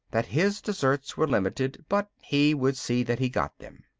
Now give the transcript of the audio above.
that his deserts were limited, but he would see that he got them.